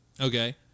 Okay